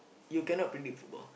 you cannot predict football